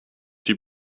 die